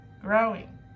growing